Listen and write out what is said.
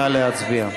נא להצביע.